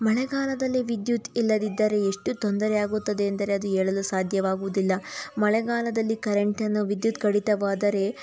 ಮಳೆಗಾಲದಲ್ಲಿ ವಿದ್ಯುತ್ ಇಲ್ಲದಿದ್ದರೆ ಎಷ್ಟು ತೊಂದರೆಯಾಗುತ್ತದೆ ಎಂದರೆ ಅದು ಹೇಳಲು ಸಾಧ್ಯವಾಗುವುದಿಲ್ಲ ಮಳೆಗಾಲದಲ್ಲಿ ಕರೆಂಟನ್ನು ವಿದ್ಯುತ್ ಕಡಿತವಾದರೆ